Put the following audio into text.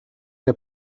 der